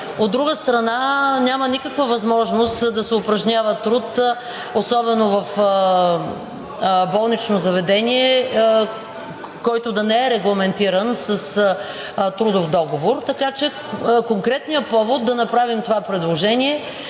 От друга страна, няма никаква възможност да се упражнява труд особено в болнично заведение, който да не е регламентиран с трудов договор. Така че конкретният повод да направим това предложение